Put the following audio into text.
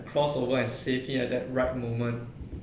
crossover and save him at that right moment